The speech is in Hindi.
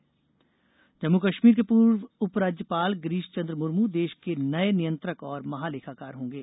मर्मू जम्मू कश्मीर के पूर्व उप राज्यपाल गिरीश चंद्र मुर्मू देश के नए नियंत्रक और महा लेखाकार होंगे